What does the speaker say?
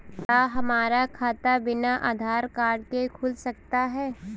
क्या हमारा खाता बिना आधार कार्ड के खुल सकता है?